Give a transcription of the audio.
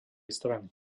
strany